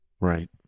Right